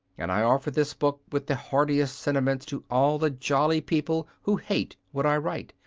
and i offer this book with the heartiest sentiments to all the jolly people who hate what i write,